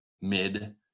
mid